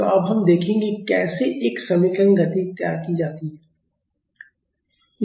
तो अब हम देखेंगे कि कैसे एक समीकरण गति तैयार की जाती है